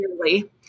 clearly